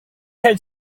had